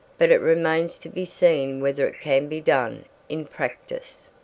but it remains to be seen whether it can be done in practice.